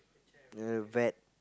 the vet